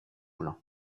blanc